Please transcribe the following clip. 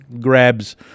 grabs